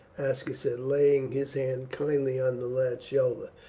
aska said, laying his hand kindly on the lad's shoulder.